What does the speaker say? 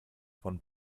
von